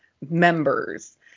members